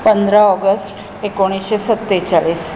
पंदरा ऑगस्ट एकुणीशें सत्तेचाळीस